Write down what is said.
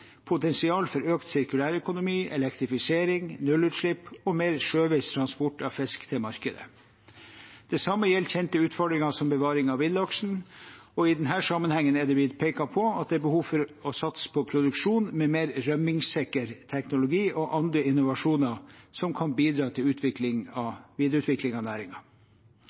potensial for økt sirkulærøkonomi, elektrifisering, nullutslipp og mer sjøveitransport av fisk til markedet. Det samme gjelder kjente utfordringer som bevaring av villaksen. I denne sammenhengen har det blitt pekt på at det er et behov for å satse på produksjon med mer rømningssikker teknologi og andre innovasjoner som kan bidra til videreutvikling av